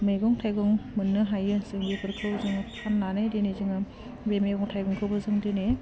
मैगं थाइगं मोननो हायो जों बेफोरखौ जोङो फाननानै दिनै जोङो बे मेगं थाइगंखौबो जों दिनै